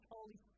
Holy